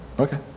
Okay